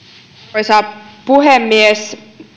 arvoisa puhemies